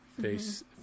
face